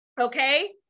okay